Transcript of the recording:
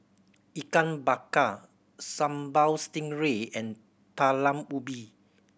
Ikan Bakar Sambal Stingray and Talam Ubi